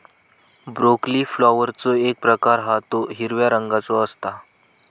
broccoli फ्लॉवरचो एक प्रकार हा तो हिरव्या रंगाचो असता